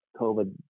COVID